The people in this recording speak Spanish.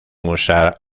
usar